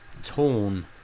Torn